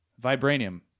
Vibranium